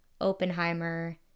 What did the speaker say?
Oppenheimer